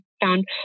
found